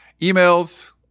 emails